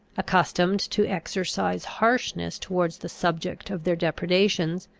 accustomed to exercise harshness towards the subject of their depredations,